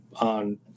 on